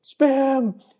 spam